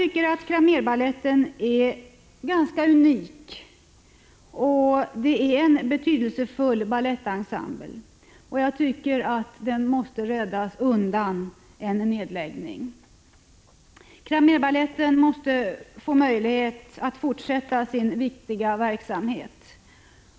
Cramérbaletten är en unik och betydelsefull balettensemble som måste räddas undan en nedläggning. Den måste få möjlighet att fortsätta sin viktiga verksamhet.